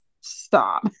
stop